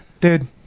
Dude